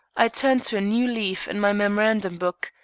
i turned to a new leaf in my memorandum-book,